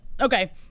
Okay